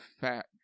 fat